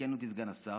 ויתקן אותי סגן השר,